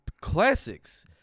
classics